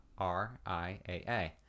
RIAA